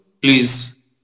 please